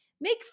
make